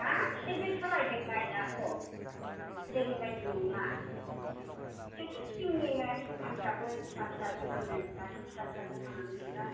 गासिबो सोलायजोबबाय दाथ' गोदोनिबायदि नंला गोदोथ' थिंनिमोन दखानफ्राबो फिसा फिसा दखानमोन दाथ' फिसा फिसा दखानानो गैला